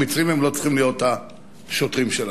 המצרים לא צריכים להיות השוטרים שלנו,